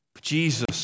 Jesus